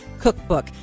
Cookbook